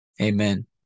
amen